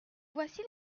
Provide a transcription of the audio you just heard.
voici